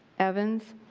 evans,